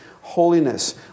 holiness